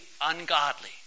ungodly